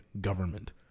government